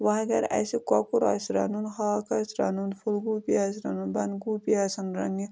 وۄنۍ اگر اَسہِ کۄکُر آسہِ رَنُن ہاکھ آسہِ رَنُن پھُلگوٗپی آسہِ رَنُن بنٛدگوٗپی آسَن رَنٛنہِ